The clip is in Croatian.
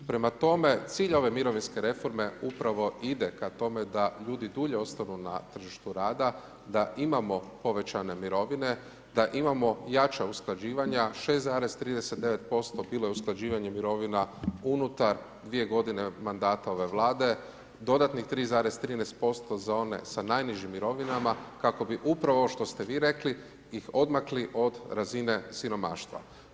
Prema tome, cilj ove mirovinske reforme, upravo ide ka tome, da ljudi dulje ostaju na tržištu rada, da imamo povećane mirovine, da imamo jača usklađivanja 6,39% bilo je usklađivanja mirovina unutar 2 g. mandata ove vlade, dodatnih 3,13S% za one sa najnižim mirovinama, kako bi upravo ovo što ste vi rekli i odmakli od razine siromaštva.